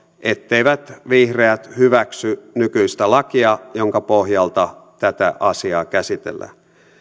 etteivät vihreät hyväksy nykyistä lakia jonka pohjalta tätä asiaa käsitellään